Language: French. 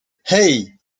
hey